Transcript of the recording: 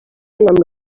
amb